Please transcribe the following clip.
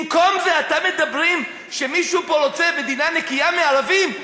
במקום זה אתם אומרים שמישהו פה רוצה מדינה נקייה מערבים?